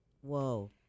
Whoa